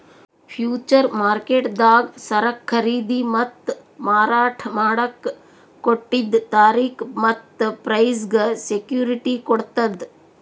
future ಮಾರ್ಕೆಟ್ದಾಗ್ ಸರಕ್ ಖರೀದಿ ಮತ್ತ್ ಮಾರಾಟ್ ಮಾಡಕ್ಕ್ ಕೊಟ್ಟಿದ್ದ್ ತಾರಿಕ್ ಮತ್ತ್ ಪ್ರೈಸ್ಗ್ ಸೆಕ್ಯುಟಿಟಿ ಕೊಡ್ತದ್